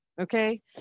Okay